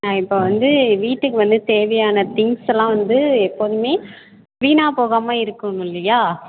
ஆ இப்போ வந்து வீட்டுக்கு வந்து தேவையான திங்ஸ் எல்லாம் வந்து எப்போதும் வீணாக போகாமல் இருக்கணும் இல்லையா